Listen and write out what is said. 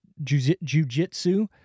jujitsu